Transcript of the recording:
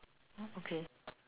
okay